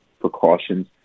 precautions